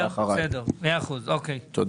תודה